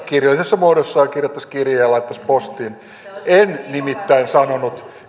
kirjallisessa muodossa että kirjoittaisi kirjeen ja laittaisi postiin en nimittäin sanonut